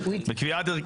כתוב: בקביעת ההרכב,